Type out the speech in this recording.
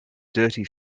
dirty